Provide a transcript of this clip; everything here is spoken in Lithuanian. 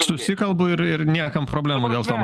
susikalbu ir ir niekam problemų dėl to